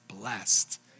blessed